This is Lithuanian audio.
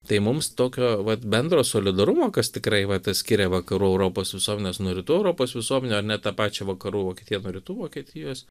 tai mums tokio vat bendro solidarumo kas tikrai va tas skiria vakarų europos visuomenes nuo rytų europos visuomenių ar net tą pačią vakarų vokietiją nuo rytų vokietijos